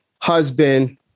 husband